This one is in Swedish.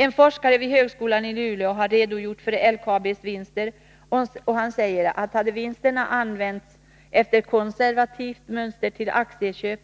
En forskare vid högskolan i Luleå har redogjort för LKAB:s vinster, och han säger att hade vinsterna använts efter konservativt mönster till aktieköp,